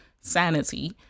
sanity